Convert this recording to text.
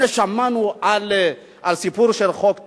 הנה, שמענו על הסיפור של חוק טל.